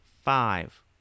Five